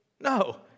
No